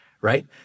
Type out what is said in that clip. right